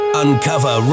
uncover